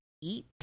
eat